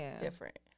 different